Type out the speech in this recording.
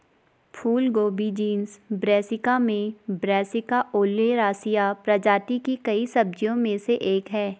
फूलगोभी genus Brassica में Brassica oleracea प्रजाति की कई सब्जियों में से एक है